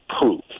proof